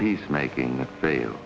peace making fail